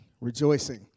Rejoicing